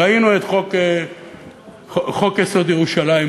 ראינו את חוק-יסוד: ירושלים,